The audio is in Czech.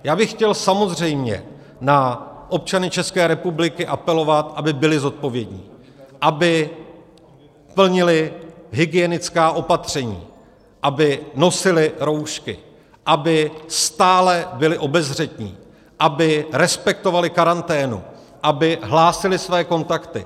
Já bych chtěl samozřejmě na občany České republiky apelovat, aby byli zodpovědní, aby plnili hygienická opatření, aby nosili roušky, aby stále byli obezřetní, aby respektovali karanténu, aby hlásili své kontakty.